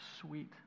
sweet